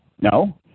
No